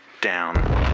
down